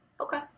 Okay